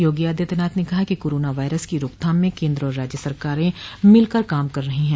योगी आदित्यनाथ ने कहा कि कोरोना वायरस की रोकथाम में केंद्र और राज्य सरकारें मिलकर काम कर रही हैं